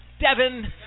Devin